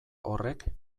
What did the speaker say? horrek